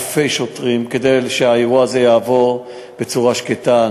אלפי שוטרים כדי שהאירוע הזה יעבור בצורה שקטה,